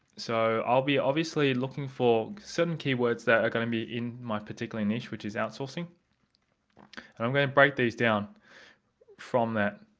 so i'll be obviously looking for certain keywords that are going to be in my particular niche which is outsourcing and i'm going to break this down from that.